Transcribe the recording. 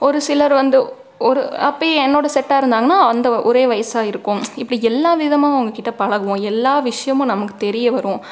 ஒரு சிலர் வந்து ஒரு அப்பவும் என்னோட செட்டாக இருந்தாங்கன்னா அந்த ஒரே வயசாக இருக்கும் இப்படி எல்லா விதமாக அவங்கக்கிட்ட பழகுவோம் எல்லா விஷயமும் நமக்கு தெரிய வரும்